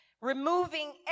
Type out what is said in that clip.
Removing